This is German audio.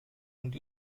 und